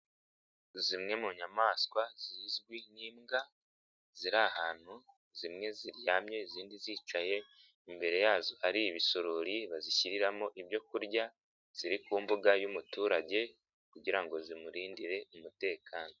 Zimwe mu nyamaswa zizwi nk'imbwa ziri ahantu, zimwe ziryamye, izindi zicaye. Imbere yazo hari ibisorori bazishyiriramo ibyo kurya, ziri ku mbuga y'umuturage kugira ngo zimurindire umutekano.